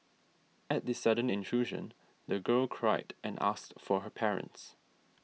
at the sudden intrusion the girl cried and asked for her parents